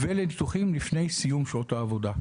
ולניתוחים לפני שעות סיום העבודה,